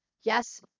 Yes